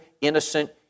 innocent